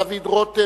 דוד רותם,